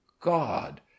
God